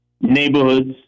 neighborhoods